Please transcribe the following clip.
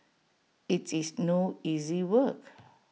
IT is no easy work